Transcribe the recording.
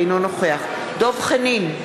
אינו נוכח דב חנין,